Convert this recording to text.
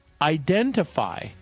identify